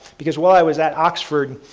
because while i was at oxford,